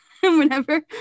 Whenever